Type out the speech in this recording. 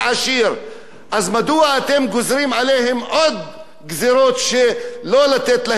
אז מדוע אתם גוזרים עליהם עוד גזירות ולא נותנים להם לחיות בכבוד?